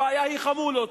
הבעיה היא חמולות.